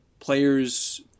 Players